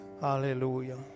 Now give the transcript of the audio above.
Hallelujah